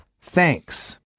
Thanks